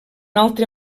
altre